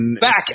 back